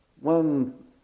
one